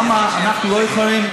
למה אנחנו לא יכולים,